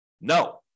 No